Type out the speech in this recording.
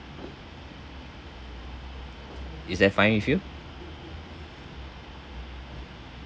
is that fine with you